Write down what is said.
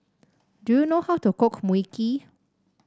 do you know how to cook Mui Kee